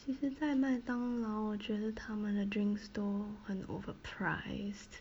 其实在麦当劳我觉得他们的 drink store 很 overpriced